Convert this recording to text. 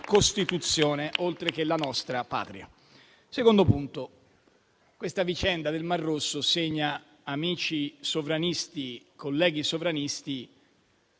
Costituzione, oltre che la nostra Patria. Secondo punto: la vicenda del Mar Rosso segna, amici e colleghi sovranisti,